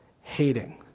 hating